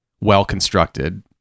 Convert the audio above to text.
well-constructed